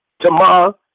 tomorrow